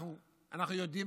אנחנו יודעים,